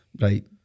right